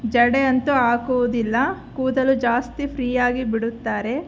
ಜಡೆ ಅಂತೂ ಹಾಕುವುದಿಲ್ಲ ಕೂದಲು ಜಾಸ್ತಿ ಫ್ರೀಯಾಗಿ ಬಿಡುತ್ತಾರೆ